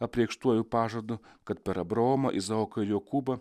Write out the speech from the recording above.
apreikštuoju pažadu kad per abraomą izaoką jokūbą